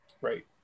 Right